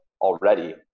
already